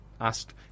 asked